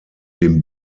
dem